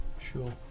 sure